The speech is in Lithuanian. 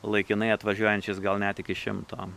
laikinai atvažiuojančiais gal net iki šimto